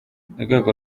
urwego